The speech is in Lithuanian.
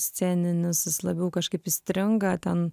sceninis jis labiau kažkaip įstringa ten